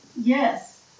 Yes